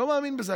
לא מאמין בזה.